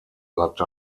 lat